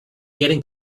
getting